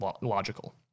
logical